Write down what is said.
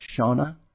Shauna